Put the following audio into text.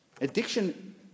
Addiction